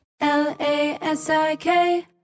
L-A-S-I-K